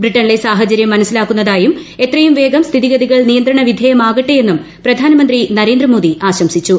ബ്രിട്ടനിലെ സാഹചര്യം മനസിലാക്കുന്നതായും എത്രയും വേഗം സ്ഥിതിഗതികൾ നിയന്ത്രണ വിധേയമാകട്ടെ എന്നും പ്രധാനമന്ത്രി നരേന്ദ്രമോദി ആശംസിച്ചു